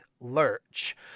lurch